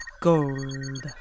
gold